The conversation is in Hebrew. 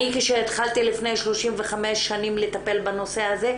כשהתחלתי לפני 35 שנים לטפל בנושא הזה,